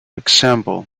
examples